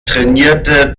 trainierte